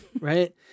Right